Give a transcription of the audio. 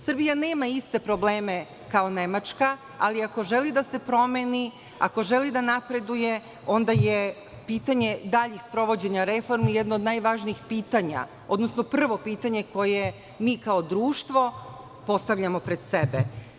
Srbija nema iste probleme kao Nemačka, ali ako želi da se promeni, ako želi da napreduje, onda je pitanje daljih sprovođenja reformi jedno od najvažnijih pitanja, odnosno prvo pitanje koje mi kao društvo postavljamo pred sebe.